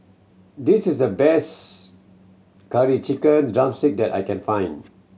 this is the best Curry Chicken drumstick that I can find